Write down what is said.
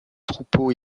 troupeaux